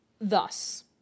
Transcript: thus